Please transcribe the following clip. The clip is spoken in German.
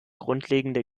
grundlegende